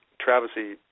travesty